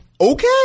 okay